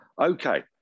Okay